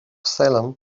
salem